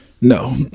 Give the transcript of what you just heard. no